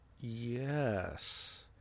Yes